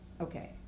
Okay